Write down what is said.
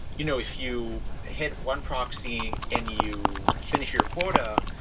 you know if you hit one proxy and you finish your quota,